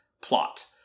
plot